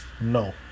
no